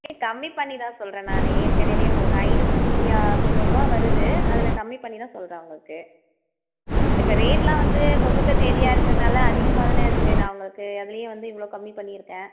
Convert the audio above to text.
கம்மி பண்ணி தான் சொல்கிறேன் நானே ஏற்கனவே உங்களுக்கு ஐந்நூற்றி தொண்ணூறுரூபா வருது அதில் கம்மி பண்ணி தான் சொல்கிறேன் உங்களுக்கு இப்போ ரேட்டெலாம் வந்து முகூர்த்த தேதியாக இருக்கறதனால அதிகமாதானேயிருக்குது நான் உங்களுக்கு அதுலேயும் வந்து இவ்வளோ கம்மி பண்ணியிருக்கேன்